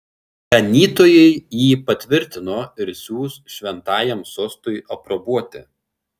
ganytojai jį patvirtino ir siųs šventajam sostui aprobuoti